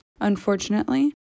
Unfortunately